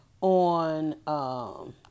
on